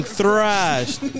thrashed